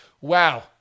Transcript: Wow